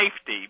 safety